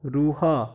ରୁହ